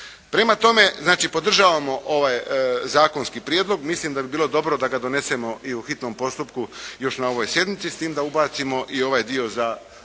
Prema tome, znači podržavamo ovaj zakonski prijedlog. Mislim da bi bilo dobro da ga donesemo i u hitnom postupku još na ovoj sjednici s tim da još ubacimo i ovaj dio za